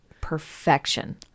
Perfection